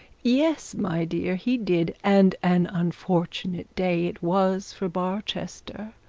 yes, my dear, he did, and an unfortunate day it was for barchester.